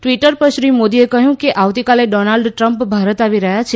Twitter પર શ્રી મોદીએ કહ્યું કે આવતીકાલે ડોનાલ્ડ ટ્રમ્પ ભારત આવી રહયાં છે